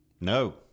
No